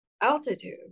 altitude